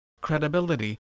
credibility